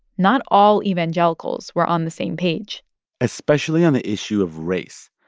not all evangelicals were on the same page especially on the issue of race.